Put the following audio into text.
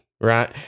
right